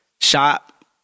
shop